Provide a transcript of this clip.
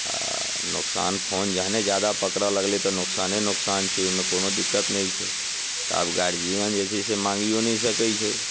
नोकसान फोन जखनहि ज्यादा पकड़य लगलै तऽ नोकसाने नोकसान छै ओहिमे कोनो दिक्कत नहि छै तऽ आब गार्जियन जे छै से माङ्गियो नहि सकैत छै